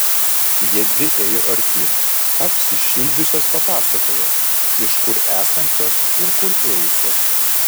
jiedvi ėjo artyn apsišildžiusios papasakojo iš kur esančios ir kur ėjusios